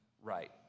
right